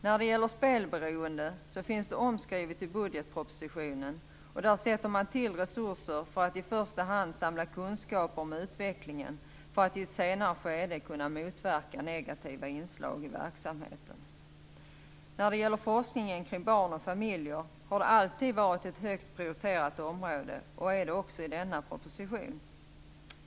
När det gäller spelberoende finns det omskrivet i budgetpropositionen att man sätter in resurser för att i första hand samla kunskaper om utvecklingen för att i ett senare skede kunna motverka negativa inslag i verksamheten. Forskningen kring barn och familjer har alltid varit ett högt prioriterat område och är det också enligt denna proposition.